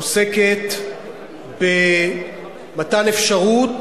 עוסקת במתן אפשרות